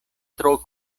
tro